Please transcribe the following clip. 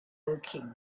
woking